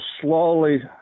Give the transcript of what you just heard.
slowly